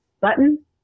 button